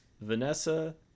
Vanessa